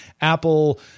Apple